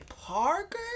Parker